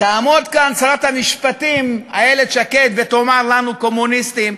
תעמוד כאן שרת המשפטים איילת שקד ותאמר לנו "קומוניסטים",